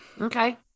Okay